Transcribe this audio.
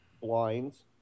blinds